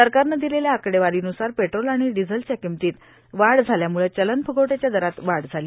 सरकारने दिलेल्या आकडेवारीन्सार पेट्रोल आणि डिझेलच्या किंमतीत वाढ झाल्याम्ळे चलनफ्गवट्याच्या दरात वाढ झाली